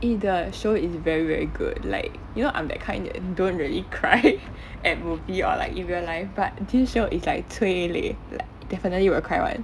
eh the show is very very good like you know I'm that kind that don't really cry at movie or like in real life but this show is like 催泪 like definitely you will cry [one]